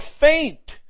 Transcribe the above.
faint